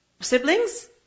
siblings